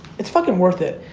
it's fucking worth it.